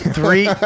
Three